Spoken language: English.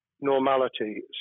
normality